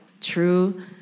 True